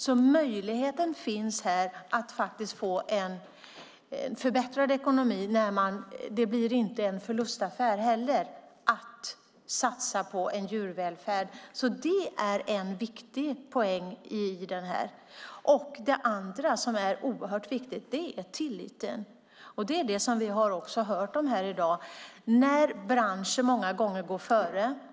Det finns alltså en möjlighet att få en förbättrad ekonomi. Det blir inte en förlustaffär att satsa på en djurvälfärd. Det är en viktig poäng i det här. Det andra som är oerhört viktigt är tilliten. Det är det vi har hört om här i dag, när branschen många gånger går före.